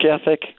ethic